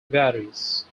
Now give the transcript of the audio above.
varies